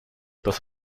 dass